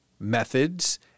methods